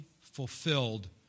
fulfilled